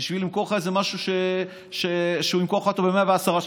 בשביל למכור לך איזה משהו שהוא ימכור לך ב-110 שקלים?